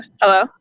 Hello